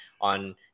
on